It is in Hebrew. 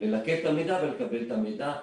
ללקט את המידע ולקבל את המידע.